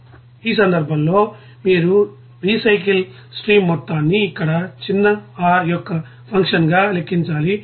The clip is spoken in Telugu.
ఇప్పుడు ఈ సందర్భంలో మీరు రీసైకిల్ స్ట్రీమ్ మొత్తాన్ని ఇక్కడ చిన్న r యొక్క ఫంక్షన్గా లెక్కించాలి